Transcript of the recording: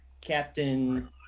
captain